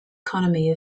economy